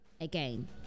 again